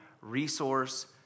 resource